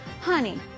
honey